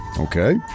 Okay